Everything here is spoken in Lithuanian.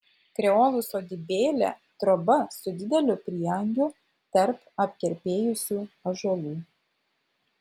kreolų sodybėlė troba su dideliu prieangiu tarp apkerpėjusių ąžuolų